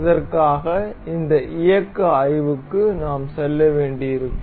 இதற்காக இந்த இயக்க ஆய்வுக்கு நாம் செல்ல வேண்டியிருக்கும்